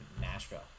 Nashville